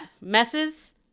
messes